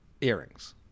earrings